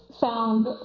found